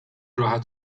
راحت